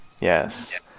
Yes